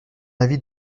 avis